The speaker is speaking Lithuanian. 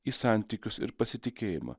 į santykius ir pasitikėjimą